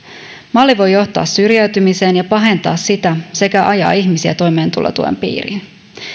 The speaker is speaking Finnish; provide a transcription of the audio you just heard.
malli voi johtaa syrjäytymiseen ja pahentaa sitä sekä ajaa ihmisiä toimeentulotuen piiriin